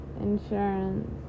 insurance